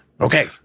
Okay